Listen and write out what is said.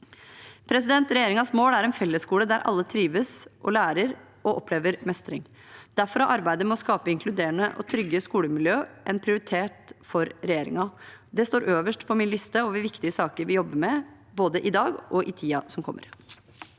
ned. Regjeringens mål er en fellesskole der alle trives og lærer og opplever mestring. Derfor er arbeidet med å skape inkluderende og trygge skolemiljø en prioritet for regjeringen. Det står øverst på min liste over viktige saker vi jobber med, både i dag og i tiden som kommer.